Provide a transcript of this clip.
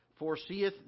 foreseeth